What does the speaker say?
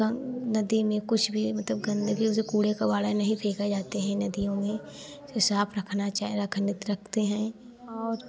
गंग नदी में कुछ भी मतलब गंदगी जे कूड़े कबाड़ा नहीं फेंका जाते हैं नदियों में उसे साफ़ रखना चाहे रखनित रखते हैं और